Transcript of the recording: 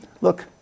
Look